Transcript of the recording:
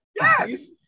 Yes